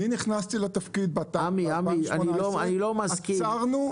נכנסתי לתפקיד ב-2018 ועצרנו את התוכנית.